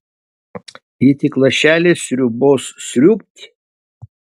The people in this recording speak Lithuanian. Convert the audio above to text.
ji tik lašelį sriubos sriūbt